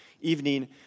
evening